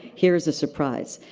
here is a surprise.